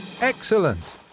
Excellent